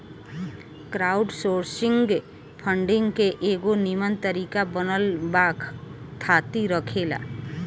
crowdsourcing funding के एगो निमन तरीका बनल बा थाती रखेला